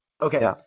Okay